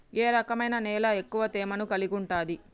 ఏ రకమైన నేల ఎక్కువ తేమను కలిగుంటది?